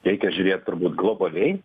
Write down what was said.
reikia žiūrėt turbūt globaliai